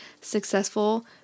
successful